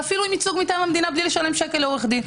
ואפילו עם ייצוג מטעם המדינה בלי לשלם שקל לעורך דין.